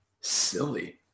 silly